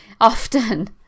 Often